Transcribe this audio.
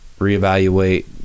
reevaluate